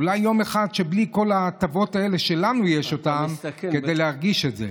אולי יום אחד בלי כל ההטבות שיש לנו כדי להרגיש את זה.